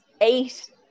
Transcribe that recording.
eight